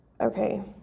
Okay